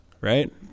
right